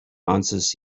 answers